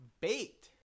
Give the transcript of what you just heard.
bait